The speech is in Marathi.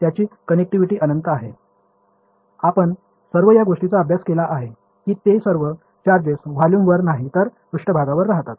त्याची कनेक्टिव्हिटी अनंत आहे आपण सर्व या गोष्टीचा अभ्यास केला आहे की ते सर्व चार्जेस वोल्युम वर नाही तर पृष्ठभागावर राहतात